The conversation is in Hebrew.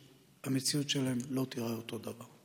שהמציאות שלהם לא תיראה אותו דבר.